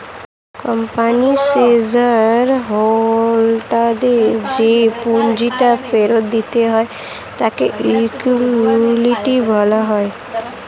কোম্পানির শেয়ার হোল্ডারদের যে পুঁজিটা ফেরত দিতে হয় তাকে ইকুইটি বলা হয়